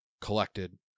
collected